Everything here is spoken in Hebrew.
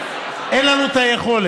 לכן, אין לנו את היכולת,